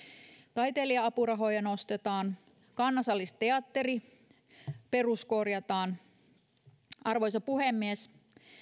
taiteilija apurahoja nostetaan kansallisteatteri peruskorjataan arvoisa puhemies